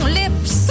lips